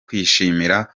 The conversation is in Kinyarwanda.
kwishimira